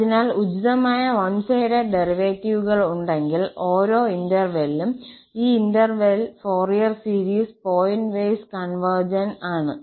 അതിനാൽ ഉചിതമായ one sided ഡെറിവേറ്റീവുകൾ ഉണ്ടെങ്കിൽ ഓരോ ഇന്റെർവൽലും ഈ interval Fourier series point wise convergent ആണ്